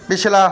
ਪਿਛਲਾ